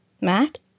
Matt